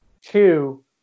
Two